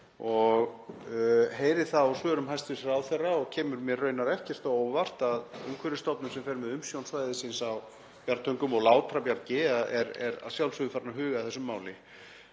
Ég heyri það á svörum hæstv. ráðherra, og kemur mér raunar ekkert á óvart, að Umhverfisstofnun, sem fer með umsjón svæðisins á Bjargtöngum og Látrabjargi, er að sjálfsögðu farin að huga að þessu máli.